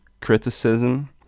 criticism